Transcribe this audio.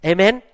Amen